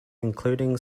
including